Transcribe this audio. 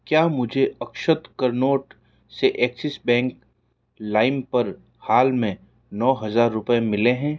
क्या मुझे अक्षत करनोट से एक्सिस बैंक लाइम पर हाल में नौ हजार रुपये मिले हैं